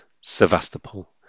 Sevastopol